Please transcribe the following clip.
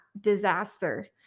disaster